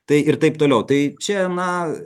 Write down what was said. tai ir taip toliau tai čia na